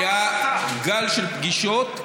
היה גל של פגישות,